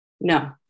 No